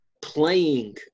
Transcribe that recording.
playing